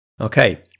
Okay